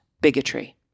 bigotry